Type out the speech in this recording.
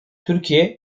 türkiye